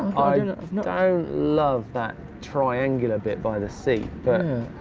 you know i don't love that triangular bit by the seat. but